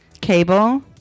Cable